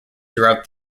throughout